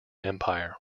empire